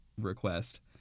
request